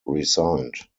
resigned